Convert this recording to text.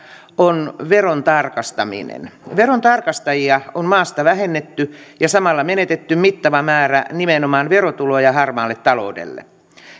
on veron tarkastaminen verontarkastajia on maasta vähennetty ja samalla on menetetty mittava määrä nimenomaan verotuloja harmaalle taloudelle